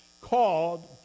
called